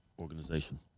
Organization